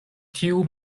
tiu